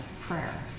prayer